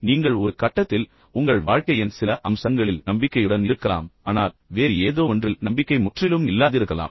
நீங்கள் ஒரு கட்டத்தில் உங்கள் வாழ்க்கையின் சில அம்சங்களில் நம்பிக்கையுடன் இருக்கலாம் ஆனால் வேறு ஏதோவொன்றில் நம்பிக்கை முற்றிலும் இல்லாதிருக்கலாம்